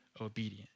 obedient